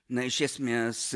na iš esmės